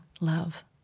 love